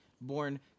born